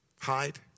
Hide